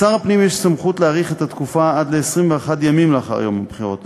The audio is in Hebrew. לשר הפנים יש סמכות להאריך את התקופה עד ל-21 ימים לאחר יום הבחירות.